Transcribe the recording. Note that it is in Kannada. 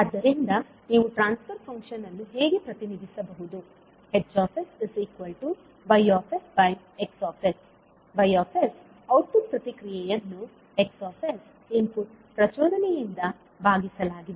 ಆದ್ದರಿಂದ ನೀವು ಟ್ರಾನ್ಸ್ ಫರ್ ಫಂಕ್ಷನ್ ಅನ್ನು ಹೀಗೆ ಪ್ರತಿನಿಧಿಸಬಹುದು HsYX Y ಔಟ್ಪುಟ್ ಪ್ರತಿಕ್ರಿಯೆಯನ್ನು Xಇನ್ಪುಟ್ ಪ್ರಚೋದನೆಯಿಂದ ಭಾಗಿಸಲಾಗಿದೆ